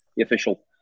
official